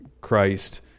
Christ